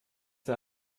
der